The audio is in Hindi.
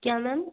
क्या मैम